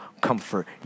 comfort